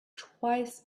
twice